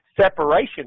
Separation